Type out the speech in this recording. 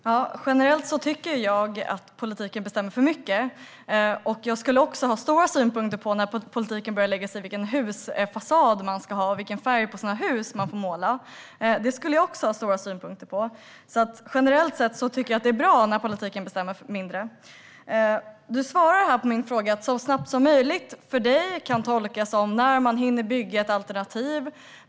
Fru talman! Generellt tycker jag att politiken bestämmer för mycket. Jag skulle också ha stora synpunkter om politiken börjar lägga sig i vilken färg på husfasaden man ska ha och i vilken färg man får måla sitt hus. Det skulle jag också ha stora synpunkter på. Generellt sett tycker jag att det är bra när politiken bestämmer mindre. Birger Lahti svarade på min fråga att det ska ske så snabbt som möjligt. För honom kan det tolkas som när man hinner bygga ett alternativ.